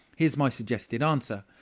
here's my suggested answer.